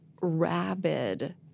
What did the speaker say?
rabid